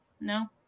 no